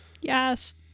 yes